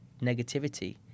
negativity